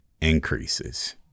increases